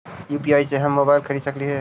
UPI से हम mobile खरिद सकलिऐ है